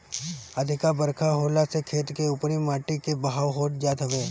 अधिका बरखा होखला से खेत के उपरी माटी के बहाव होत जात हवे